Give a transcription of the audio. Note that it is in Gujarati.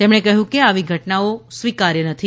તેમણે કહ્યું કે આવી ઘટનાઓ સ્વીકાર્ય નથી